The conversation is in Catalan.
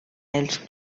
els